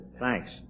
Thanks